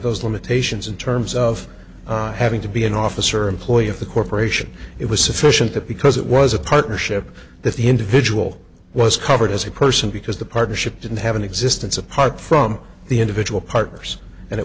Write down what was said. those limitations in terms of having to be an officer or employee of the corporation it was sufficient that because it was a partnership that the individual was covered as a person because the partnership didn't have an existence apart from the individual partners and it